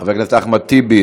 חבר הכנסת אחמד טיבי,